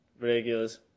Ridiculous